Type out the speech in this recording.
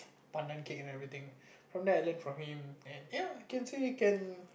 pandan cake and everything from there I learnt from him ya can say can